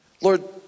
Lord